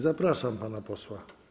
Zapraszam pana posła.